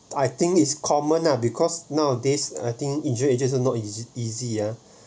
I think it's common lah because nowadays I think insurance agent will not easy easy ah